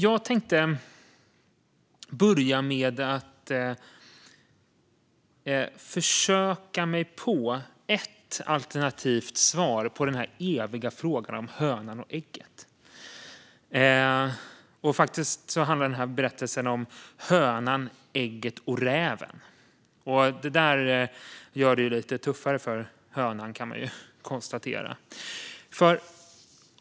Jag skulle vilja försöka mig på ett alternativt svar på den eviga frågan om hönan och ägget. Faktiskt handlar den här berättelsen om hönan, ägget och räven. Det gör det ju lite tuffare för hönan, kan vi konstatera.